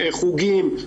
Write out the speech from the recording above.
חוגים,